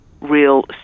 real